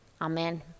Amen